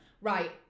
Right